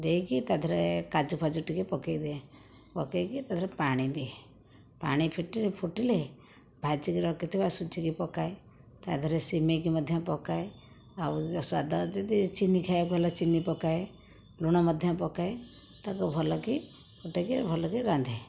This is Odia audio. ଦେଇକି ତା'ଦେହରେ କାଜୁ ଫାଜୁ ଟିକିଏ ପକେଇଦିଏ ପକେଇକି ତା'ଦେହରେ ପାଣି ଦିଏ ପାଣି ଫୁଟି ଫୁଟିଲେ ଭାଜିକି ରଖିଥିବା ସୁଝିକି ପକାଏ ତା ଦେହରେ ସିମେଇକି ମଧ୍ୟ ପକାଏ ଆଉ ଯେଉଁ ସ୍ୱାଦ ଯଦି ଚିନି ଖାଇବାକୁ ହେଲେ ଚିନି ପକାଏ ଲୁଣ ମଧ୍ୟ ପକାଏ ତାକୁ ଭଲକି ଫୁଟେକରି ଭଲକି ରାନ୍ଧେ